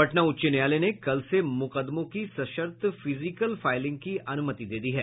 पटना उच्च न्यायालय ने कल से मुकदमों की सशर्त फिजिकल फाइलिंग की अनुमति दे दी है